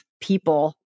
people